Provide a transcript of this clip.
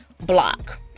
block